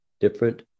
different